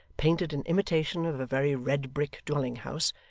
painted in imitation of a very red-brick dwelling-house,